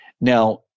Now